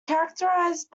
characterised